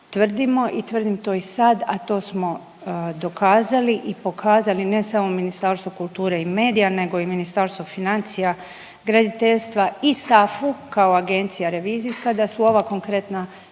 tvrdimo i tvrdim to i sad, a to smo dokazali i pokazali ne samo Ministarstvo kulture i medija nego i Ministarstvo financija, graditeljstva i SAFU kao agencija revizijska da su ova konkretna